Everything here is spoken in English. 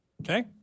Okay